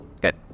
Good